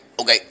Okay